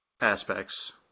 aspects